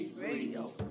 Radio